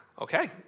okay